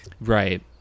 right